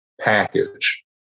package